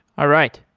all right.